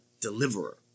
Deliverer